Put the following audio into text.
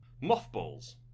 Mothballs